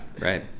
right